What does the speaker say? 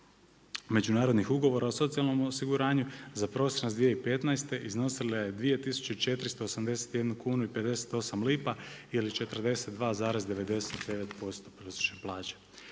međunarodnih ugovora o socijalnom osiguranju za prosinac 2015. iznosila je 2481 kunu i 58 lipa ili 42,99% prosječne plaće.